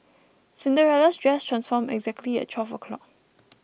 cinderella's dress transformed exactly at twelve o'clock